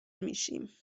میشیم